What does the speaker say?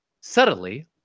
subtly